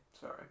Sorry